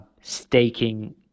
staking